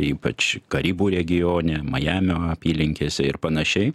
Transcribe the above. ypač karibų regione majamio apylinkėse ir panašiai